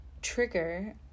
trigger